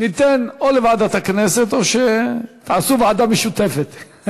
ניתן או לוועדת הכנסת או שתעשו ועדה משותפת.